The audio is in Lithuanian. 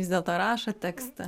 vis dėlto rašo tekstą